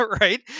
right